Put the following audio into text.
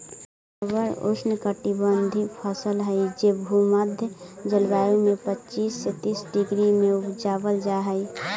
rubber ऊष्णकटिबंधी फसल हई जे भूमध्य जलवायु में पच्चीस से तीस डिग्री में उपजावल जा हई